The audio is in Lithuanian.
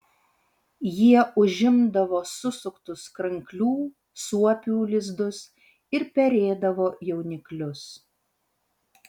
jie užimdavo susuktus kranklių suopių lizdus ir perėdavo jauniklius